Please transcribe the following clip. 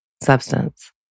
substance